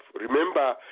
Remember